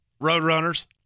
Roadrunners